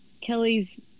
Kelly's